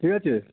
ঠিক আছে